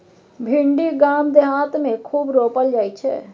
भिंडी गाम देहात मे खूब रोपल जाई छै